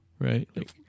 Right